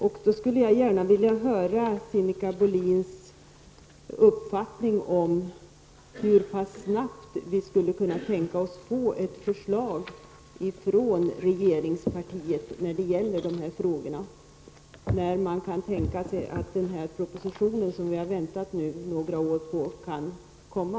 Jag skulle gärna vilja höra Sinikka Bohlins uppfattning om hur pass snabbt vi skulle kunna få ett förslag från regeringspartiet när det gäller dessa frågor. När kan man tänka sig att den här propositionen, som vi nu har väntat på några år, skall komma?